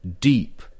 deep